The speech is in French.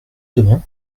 demain